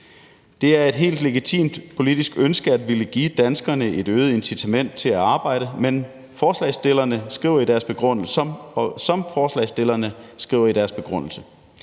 Det er et helt legitimt politisk ønske at ville give danskerne et øget incitament til at arbejde, som forslagsstillerne skriver i deres begrundelse. I Socialdemokratiet afviser